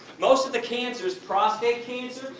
most of the cancers, prostate cancer,